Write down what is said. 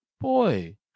Boy